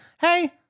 Hey